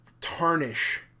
tarnish